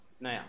Now